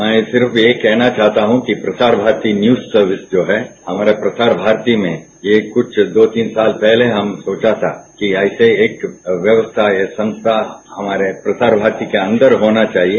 मैं सिर्फ यही कहना चाहता हूं कि प्रसार भारती न्यूज सर्विस जो है हमारा प्रसार भारती में ये कुछ दो तीन साल पहले हम सोचा था कि ऐसा एक व्यवस्था या संस्था हमारे प्रसार भारती के अंदर होना चाहिए